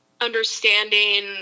understanding